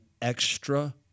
extra